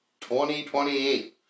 2028